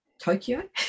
Tokyo